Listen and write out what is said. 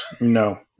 No